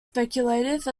speculative